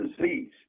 disease